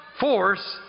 force